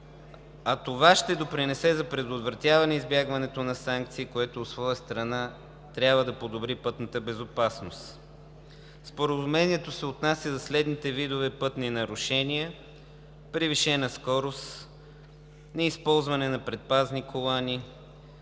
а това ще допринесе за предотвратяване избягването на санкции, което от своя страна трябва да подобри пътната безопасност. Споразумението се отнася за следните видове пътни нарушения: превишена скорост, неизползване на предпазни колани,